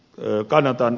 kannatan ed